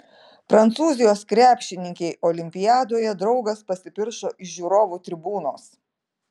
prancūzijos krepšininkei olimpiadoje draugas pasipiršo iš žiūrovų tribūnos